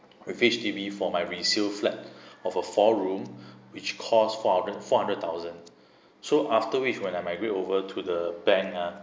with H_D_B for my resale flat of a four room which cost four hundred four hundred thousand so after which when I migrate over to the bank ah